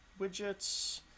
widgets